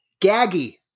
gaggy